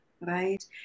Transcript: right